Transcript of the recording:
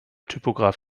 typograf